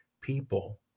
people